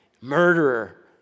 murderer